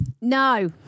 No